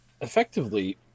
effectively